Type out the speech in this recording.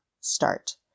start